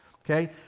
okay